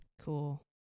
Cool